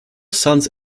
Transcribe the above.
sons